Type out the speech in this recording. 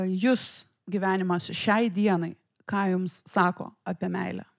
jus gyvenimas šiai dienai ką jums sako apie meilę